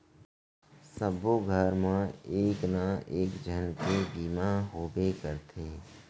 सबो घर मा एक ना एक झन के जीवन बीमा होबे करथे